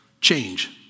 change